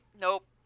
nope